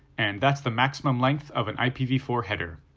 and that's the maximum length of an i p v four header.